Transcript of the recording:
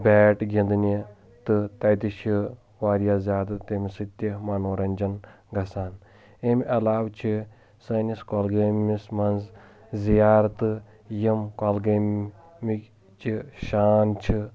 bat گنٛدنہِ تہٕ تتہِ چھِ واریاہ زیادٕ تمہِ سۭتۍ تہِ منورنجن گژھان امہِ علاوٕ چھِ سٲنِس کۄلگٲمِس منٛز زِیارتہٕ یِم کۄلگٲمٕکۍ چہِ شان چھِ